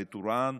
בטורעאן,